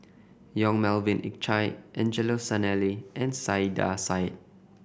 Yong Melvin Yik Chye Angelo Sanelli and Saiedah Said